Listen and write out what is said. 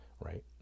right